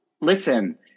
Listen